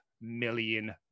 million